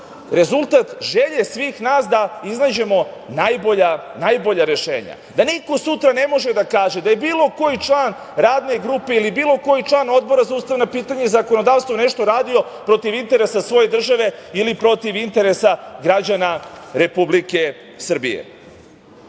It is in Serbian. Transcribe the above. rezultat želje svih nas da iznađemo najbolja rešenja, da niko sutra ne može da kaže da je bilo koji član Radne grupe ili bilo koji član Odbora za ustavna pitanja i zakonodavstvo nešto radio protiv interesa svoje države ili protiv interesa građana Republike Srbije. Ono